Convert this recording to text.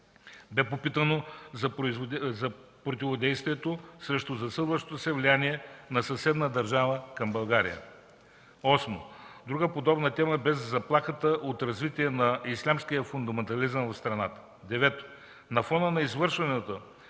Бе попитано за противодействието срещу засилващото се влияние на съседна държава към България. 8. Друга подобна тема бе за заплахата от развитие на ислямския фундаментализъм в страната. 9. На фона на навършването